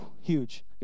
Huge